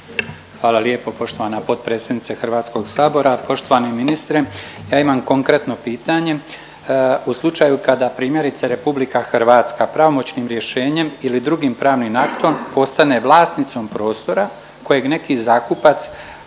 Hvala lijepo poštovana potpredsjednice Hrvatskog sabora. Poštovani ministre ja imam konkretno pitanje. U slučaju kada primjerice RH pravomoćnim rješenjem ili drugim pravnim aktom postane vlasnicom prostora kojeg neki zakupac